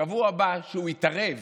בשבוע הבא, כשהוא יתערב